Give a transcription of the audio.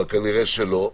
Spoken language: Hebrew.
אבל כנראה שלא.